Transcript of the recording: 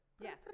Yes